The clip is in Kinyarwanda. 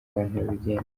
babigenza